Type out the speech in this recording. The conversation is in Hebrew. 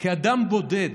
כאדם בודד